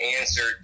answered